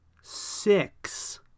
six